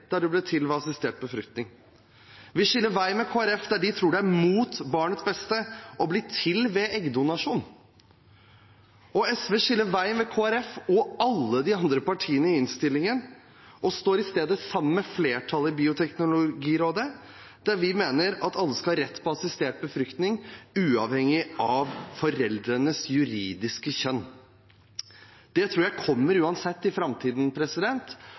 Der SVs og Kristelig Folkepartis veier skilles, gjelder troen på at det er mot barnets beste å kunne ha en enslig forelder, om man blir til ved assistert befruktning. Vi skiller lag med Kristelig Folkeparti når de tror det er mot barnets beste å bli til ved eggdonasjon. Og SV skiller lag med Kristelig Folkeparti og alle de andre partiene i innstillingen og står i stedet sammen med flertallet i Bioteknologirådet når vi mener at alle skal ha rett til assistert